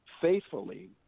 faithfully